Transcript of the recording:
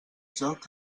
joc